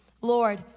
Lord